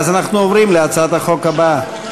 אז אנחנו עוברים להצעת החוק הבאה.